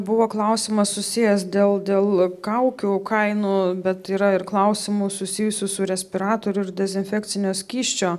buvo klausimas susijęs dėl dėl kaukių kainų bet yra ir klausimų susijusių su respiratorių ir dezinfekcinio skysčio